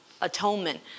atonement